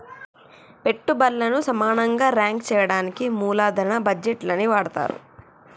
పెట్టుబల్లను సమానంగా రాంక్ చెయ్యడానికి మూలదన బడ్జేట్లని వాడతరు